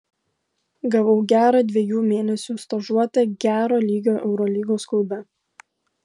gavau gerą dviejų mėnesių stažuotę gero lygio eurolygos klube